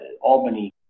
Albany